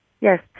Yes